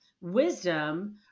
wisdom